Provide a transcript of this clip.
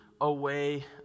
away